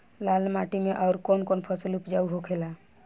लाल माटी मे आउर कौन कौन फसल उपजाऊ होखे ला?